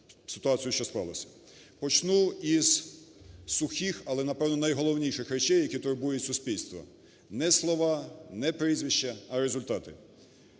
Почну із сухих, але, напевне, найголовніших речей, які турбують суспільство. Ні слова, ні прізвища, а результати.